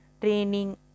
training